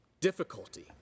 difficulty